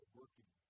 working